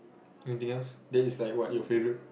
anything else that is like what you faourite